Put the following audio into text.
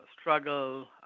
struggle